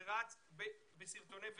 זה רץ בסרטוני וידאו,